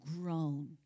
grown